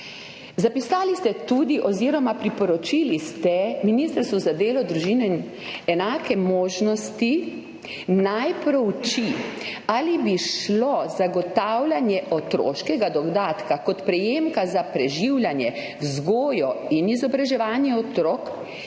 Zapisali ste tudi oziroma priporočili ste Ministrstvu za delo, družino, socialne zadeve in enake možnosti, naj prouči, ali bi šlo zagotavljanje otroškega dodatka kot prejemka za preživljanje, vzgojo in izobraževanje otrok